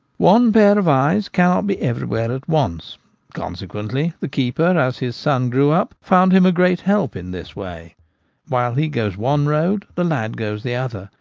one pair of eyes cannot be everywhere at once consequently the keeper, as his son grew up, found him a great help in this way while he goes one road the lad goes the other,